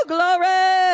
Glory